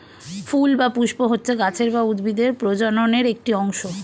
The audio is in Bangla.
ফুল বা পুস্প হচ্ছে গাছের বা উদ্ভিদের প্রজননের একটি অংশ